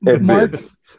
Marks